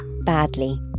badly